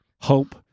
hope